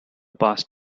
past